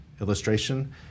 illustration